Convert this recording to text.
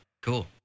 cool